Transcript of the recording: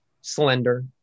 slender